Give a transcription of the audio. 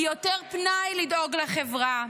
היא יותר פנאי לדאוג לחברה.